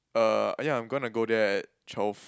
uh ya I'm gonna go there at twelve